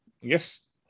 yes